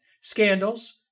Scandals